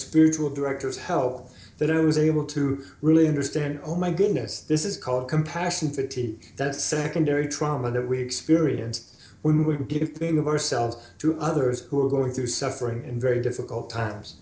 spiritual director is helpful that it was able to really understand oh my goodness this is called compassion fatigue that's secondary trauma that we experience we give pain of ourselves to others who are going through suffering in very difficult times